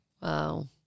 Wow